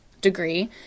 degree